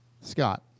Scott